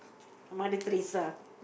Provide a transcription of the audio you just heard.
Mother-Teresa